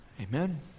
Amen